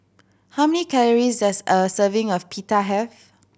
how many calories does a serving of Pita have